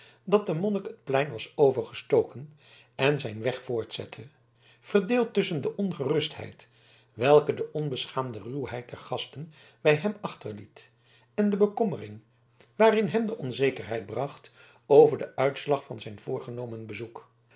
dat de monnik het plein was overgestoken en zijn weg voortzette verdeeld tusschen de ongerustheid welke de onbeschaamde ruwheid der gasten bij hem achterliet en de bekommering waarin hem de onzekerheid bracht over den uitslag van zijn voorgenomen bezoek